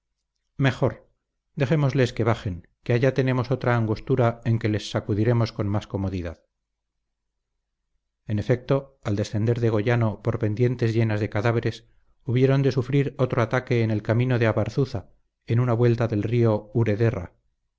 mejor dejémosles que bajen que allá tenemos otra angostura en que les sacudiremos con más comodidad en efecto al descender de goyano por pendientes llenas de cadáveres hubieron de sufrir otro ataque en el camino de abarzuza en una vuelta del río